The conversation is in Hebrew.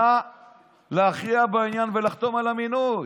נא להכריע בעניין ולחתום על המינוי,